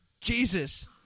Jesus